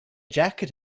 jacket